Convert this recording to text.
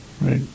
right